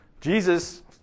Jesus